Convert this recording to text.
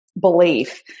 belief